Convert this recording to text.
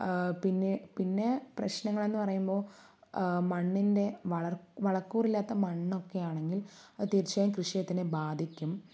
പിന്നേ പിന്നെ പ്രശ്നങ്ങളെന്ന് പറയുമ്പോൾ മണ്ണിന്റെ വളക്കൂറില്ലാത്ത മണ്ണൊക്കെ ആണെങ്കില് അത് തീര്ച്ചയായും കൃഷിയെ തന്നെ ബാധിക്കും